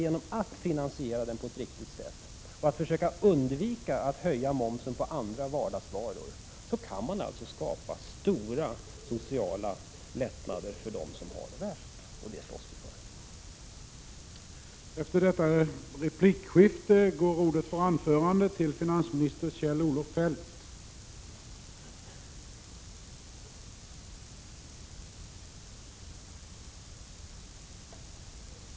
Genom att finansiera matmomssänkningen på ett riktigt sätt och undvika att höja momsen på andra vardagsvaror kan man skapa stora sociala lättnader för dem som har det värst, och det slåss vi för.